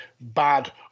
bad